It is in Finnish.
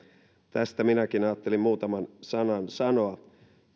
tästä minäkin ajattelin muutaman sanan sanoa